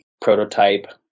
prototype